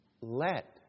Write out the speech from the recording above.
let